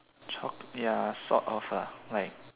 choc~ ya sort of lah like